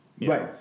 Right